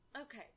okay